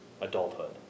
adulthood